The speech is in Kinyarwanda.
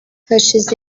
hashize